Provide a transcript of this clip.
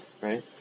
right